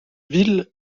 ville